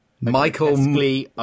Michael